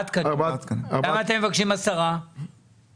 למה אתם מבקשים עשרה תקנים?